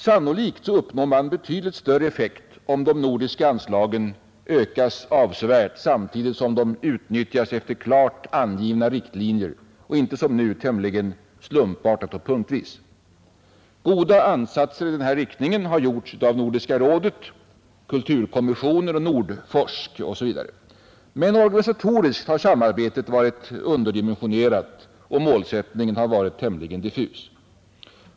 Sannolikt uppnår man betydligt större effekt om de nordiska anslagen ökas avsevärt samtidigt som de utnyttjas efter klart angivna riktlinjer och inte som nu tämligen slumpartat och punktvis. Goda ansatser i denna riktning har gjorts av Nordiska rådet, Kulturkommissionen, Nordforsk osv. Men organisatoriskt har samarbetet varit underdimensionerat och målsättningen tämligen diffus.